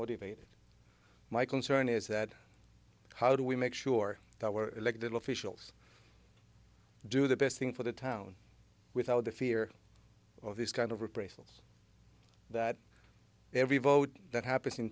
motivated my concern is that how do we make sure that we're elected officials do the best thing for the town without the fear of these kind of appraisals that every vote that happens in